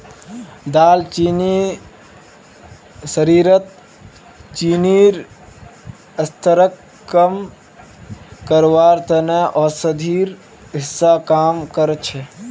दालचीनी शरीरत चीनीर स्तरक कम करवार त न औषधिर हिस्सा काम कर छेक